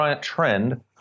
trend